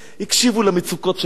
הקשיבו למצוקות שלהם,